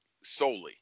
solely